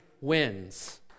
wins